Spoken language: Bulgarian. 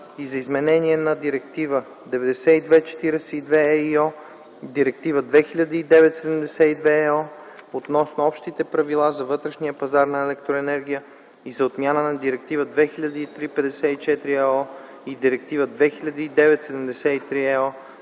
и за изменение на Директива 92/42/ЕИО, Директива 2009/72/ЕО относно общите правила за вътрешния пазар на електроенергия и за отмяна на Директива 2003/54/ЕО и Директива 2009/73/ЕО